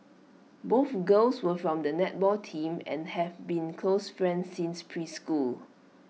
both girls were from the netball team and have been close friends since preschool